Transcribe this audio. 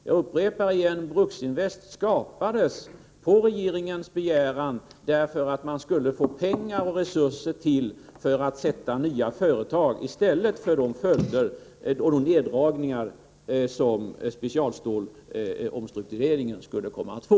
Jag upprepar: Bruksinvest skapades på regeringens begäran för att man skulle få pengar och resurser för att sätta i gång nya företag som kompensation för de följder i form av neddragningar som specialstålsomstruktureringen skulle komma att få.